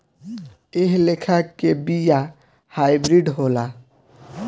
एह लेखा के बिया हाईब्रिड होला